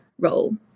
role